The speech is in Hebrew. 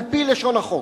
על-פי לשון החוק?